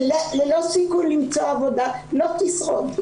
ללא סיכוי למצוא עבודה, לא תשרוד.